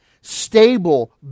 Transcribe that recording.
stable